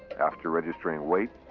after registering weight,